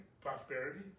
prosperity